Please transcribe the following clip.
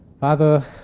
Father